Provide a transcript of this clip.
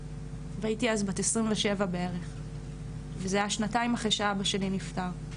והייתי אז בת 27 בערך וזה היה שנתיים אחרי שאבא שלי נפטר,